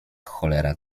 cholera